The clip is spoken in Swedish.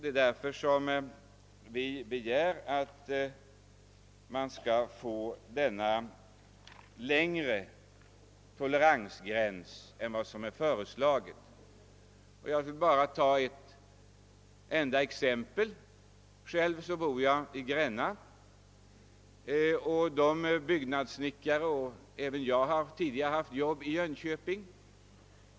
Det är därför vi reservanter begär en längre toleransgräns än vad som är föreslagen. Jag vill nämna ett enda exempel. Själv bor jag i Gränna och jag har tidigare haft arbete i Jönköping.